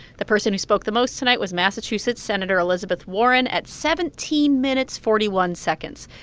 the person who spoke the most tonight was massachusetts senator elizabeth warren at seventeen minutes, forty one seconds.